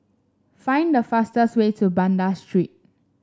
find the fastest way to Banda Street